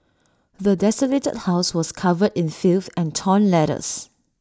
the desolated house was covered in filth and torn letters